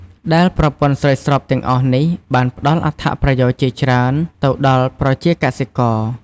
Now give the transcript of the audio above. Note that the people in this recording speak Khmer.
ដែលប្រព័ន្ធស្រោចស្រពទាំងអស់នេះបានផ្ដល់អត្ថប្រយោជន៍ជាច្រើនទៅដល់ប្រជាកសិករ។